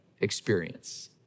experience